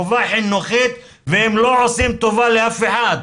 חובה חינוכית והם לא עושים טובה לאף אחד.